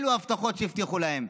אלו ההבטחות שהבטיחו להם.